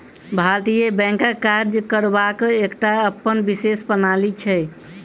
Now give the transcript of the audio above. भारतीय बैंकक काज करबाक एकटा अपन विशेष प्रणाली छै